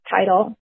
title